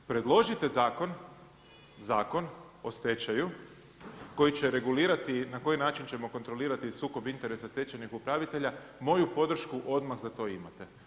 Predložite Zakon o stečaju na koji će regulirati na koji način ćemo kontrolirati sukob interesa stečajnih upravitelja, moju podršku odmah za to imate.